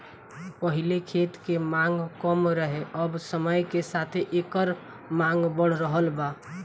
पहिले खेत के मांग कम रहे अब समय के साथे एकर मांग बढ़ रहल बा